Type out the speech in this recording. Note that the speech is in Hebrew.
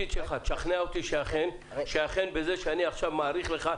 תשכנע אותי שאכן בזה שאני מאריך לך,